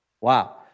Wow